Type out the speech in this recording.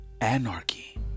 Anarchy